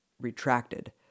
retracted